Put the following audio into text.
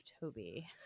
Toby